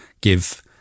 give